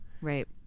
Right